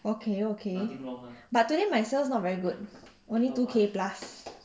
okay okay but today my sales not very good only two K plus